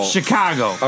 Chicago